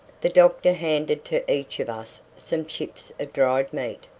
the doctor handed to each of us some chips of dried meat,